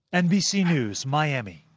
nbc news, miami.